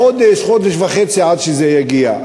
חודש, חודש וחצי עד שזה יגיע.